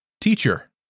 teacher